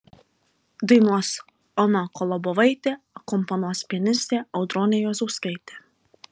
dainuos ona kolobovaitė akompanuos pianistė audronė juozauskaitė